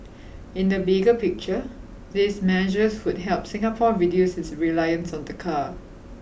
in the bigger picture these measures would help Singapore reduce its reliance on the car